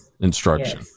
instruction